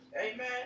amen